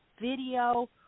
Video